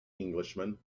englishman